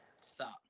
Stop